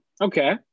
Okay